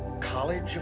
college